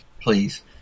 Please